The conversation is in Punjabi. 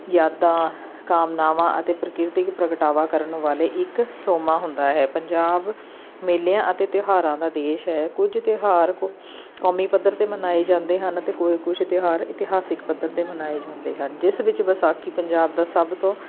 ਯਾਦਾਂ ਕਾਮਨਾਵਾਂ ਅਤੇ ਪ੍ਰਕਿਰਤਿਕ ਪ੍ਰਗਟਾਵਾ ਕਰਨ ਵਾਲੇ ਇੱਕ ਸੋਮਾ ਹੁੰਦਾ ਹੈ ਪੰਜਾਬ ਮੇਲਿਆਂ ਅਤੇ ਤਿਉਹਾਰਾਂ ਦਾ ਦੇਸ਼ ਹੈ ਕੁਝ ਤਿਉਹਾਰ ਕੋ ਕੌਮੀ ਪੱਧਰ 'ਤੇ ਮਨਾਏ ਜਾਂਦੇ ਹਨ ਅਤੇ ਕੋਈ ਕੁਛ ਤਿਉਹਾਰ ਇਤਿਹਾਸਿਕ ਪੱਧਰ 'ਤੇ ਮਨਾਏ ਜਾਂਦੇ ਹਨ ਜਿਸ ਵਿੱਚ ਵਿਸਾਖੀ ਪੰਜਾਬ ਦਾ ਸਭ ਤੋਂ